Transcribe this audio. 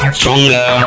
stronger